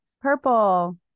Purple